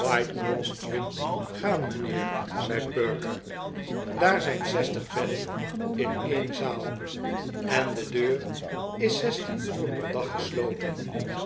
whitecrossstreet gaan mijnheer zei perker daar zijn zestig bedden in een zaal en de deur is zestien uur per dag gesloten